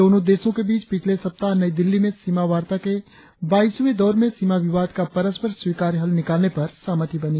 दोनों देशों के बीच पिछले सप्ताह नई दिल्ली में सीमा वार्ता के बाईसवें दौर में सीमा विवाद का परस्पर स्वीकार्य हल निकालने पर सहमति बनी